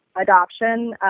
adoption